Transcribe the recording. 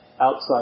outside